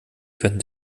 könnten